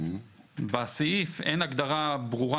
בסעיף אין הגדרה ברורה,